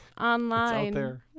online